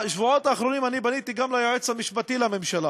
בשבועות האחרונים אני פניתי גם ליועץ המשפטי לממשלה